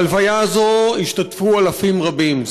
בהלוויה הזאת השתתפו אלפים רבים,